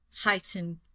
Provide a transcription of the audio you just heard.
heightened